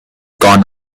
gone